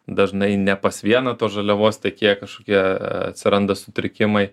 dažnai ne pas vieną tos žaliavos tiekėją kažkokie atsiranda sutrikimai